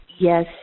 Yes